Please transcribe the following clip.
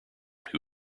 who